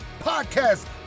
podcast